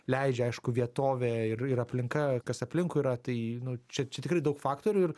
leidžia aišku vietovė ir ir aplinka kas aplinkui yra tai nu čia čia tikrai daug faktorių ir